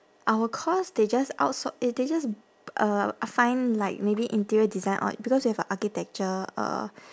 our course they just outsour~ it they just uh find like maybe interior design or because we have a architecture uh